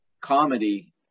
comedy